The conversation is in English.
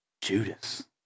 Judas